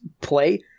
play